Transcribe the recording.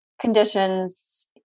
conditions